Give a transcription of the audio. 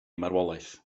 marwolaeth